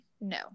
no